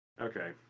Okay